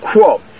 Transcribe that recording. quote